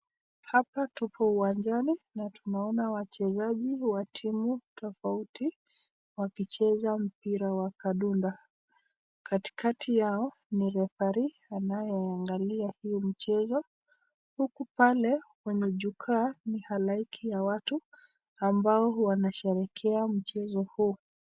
Hapa tupo uwanjani na tunaona wachezaji wa timu tofauti wakicheza mchezo wa kandunda. Kati yao kuna referee anayeangalia hiyo mchezo, huku pale kwenye jukwaa ni halaiki ya watu ambao wanasherehekea mchezo huu.